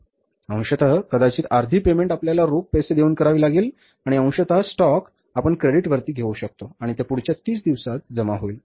अंशतः कदाचित आर्धि पेमेंट आपल्याला रोख पैसे देऊन करावी लागेल आणि अंशतः स्टॉक आपण क्रेडिट वरती घेऊ शकतो आणि ते पुढच्या 30 दिवसांत जमा होईल